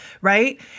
right